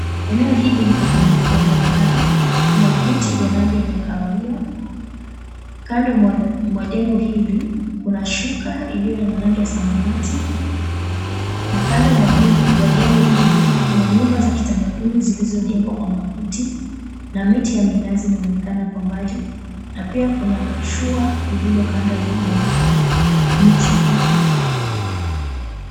Eneo hili liko kwenye ufuo wa bahari. Kuna viti vya rangi vya kahawia kando mwa jengo hili kuna shuka iliyo na rangi ya samawati na kando mwa jengo hili kuna nyumba za kitamaduni zilizojengwa kwa makuti na miti ya minazi inaonekana kwa mbali na pia kuna shua lililo kando mwa mti.